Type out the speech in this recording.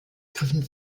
griffen